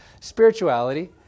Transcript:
spirituality